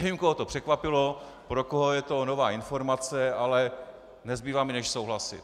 Nevím, koho to překvapilo, pro koho je to nová informace, ale nezbývá mi, než souhlasit.